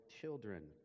children